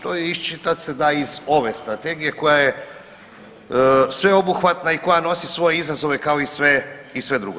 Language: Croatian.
To i iščitat se da iz ove strategije koja je sveobuhvatna i koja nosi svoje izazove kao i sve, i sve drugo.